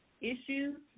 Issues